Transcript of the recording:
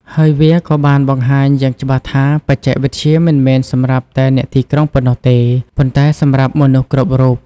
ហើយវាក៏បានបង្ហាញយ៉ាងច្បាស់ថា បច្ចេកវិទ្យាមិនមែនសម្រាប់តែអ្នកទីក្រុងប៉ុណ្ណោះទេ ប៉ុន្តែសម្រាប់មនុស្សគ្រប់រូប។